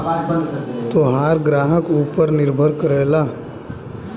तोहार ग्राहक ऊपर निर्भर करला